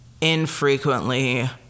infrequently